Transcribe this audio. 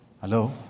Hello